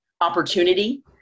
opportunity